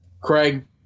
Craig